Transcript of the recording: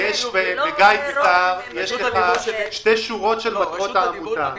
כי ב"גיידסטר" כתובות רק שתי שורות על מטרות העמותה.